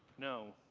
no.